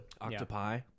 octopi